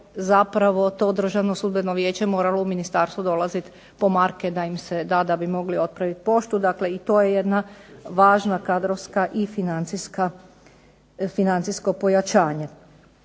zapravo to Državno sudbeno vijeće moralo u ministarstvu dolaziti po marke da im se da da bi mogli otpraviti poštu. Dakle i to je jedna važna kadrovska i financijsko pojačanje.